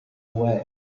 away